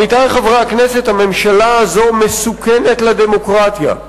עמיתי חברי הכנסת, הממשלה הזאת מסוכנת לדמוקרטיה.